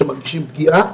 שמרגישים פגיעה.